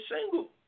single